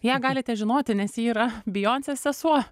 ją galite žinoti nes ji yra beyonce sesuo